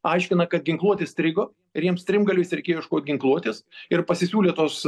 aiškina kad ginkluotė strigo ir jiems strimgalviais reikėjo ieškot ginkluotės ir pasisiūlė tos